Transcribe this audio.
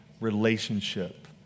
relationship